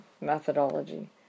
methodology